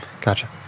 Gotcha